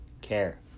care